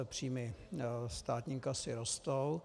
Příjmy státní kasy rostou.